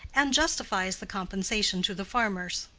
and justifies the compensation to the farmers.